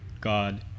God